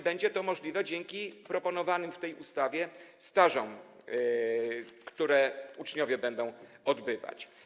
Będzie to możliwe właśnie dzięki proponowanym w tej ustawie stażom, które uczniowie będą odbywać.